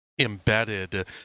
embedded